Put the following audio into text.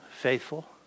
faithful